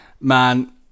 man